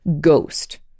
ghost